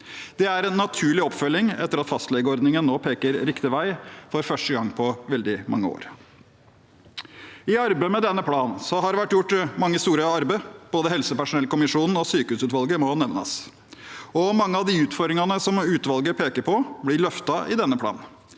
Det er en naturlig oppfølging etter at fastlegeordningen nå peker riktig vei for første gang på veldig mange år. I arbeidet med denne planen har det vært gjort mange store arbeider. Både helsepersonellkommisjonen og sykehusutvalget må nevnes, og mange av de utfordringene som utvalget peker på, blir løftet i denne planen.